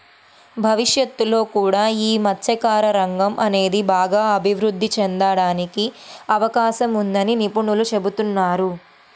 భవిష్యత్తులో కూడా యీ మత్స్యకార రంగం అనేది బాగా అభిరుద్ధి చెందడానికి అవకాశం ఉందని నిపుణులు చెబుతున్నారు